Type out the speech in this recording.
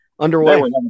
underway